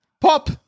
pop